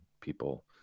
people